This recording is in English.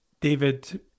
David